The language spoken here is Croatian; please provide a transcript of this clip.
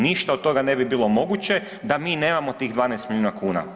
Ništa od toga ne bi bilo moguće da mi nemamo tih 12 milijuna kuna.